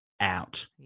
out